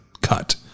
cut